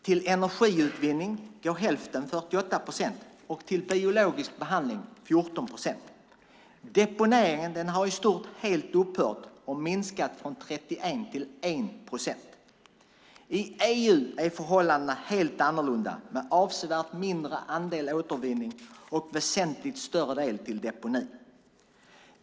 Till energiutvinning går hälften, 48 procent. Till biologisk behandling går 14 procent. Deponeringen har i stort helt upphört; den har minskat från 31 procent till 1 procent. I EU är förhållandena helt annorlunda med en avsevärt mindre andel återvinning och en väsentligt större del som går till deponi.